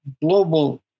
global